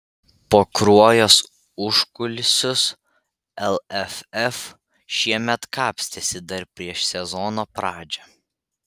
po kruojos užkulisius lff šiemet kapstėsi dar prieš sezono pradžią